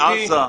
לעזה.